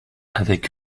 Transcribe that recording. avec